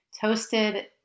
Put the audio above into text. toasted